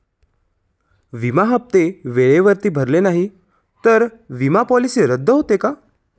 विमा हप्ते वेळेवर भरले नाहीत, तर विमा पॉलिसी रद्द होते का?